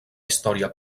història